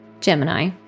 Gemini